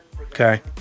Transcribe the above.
okay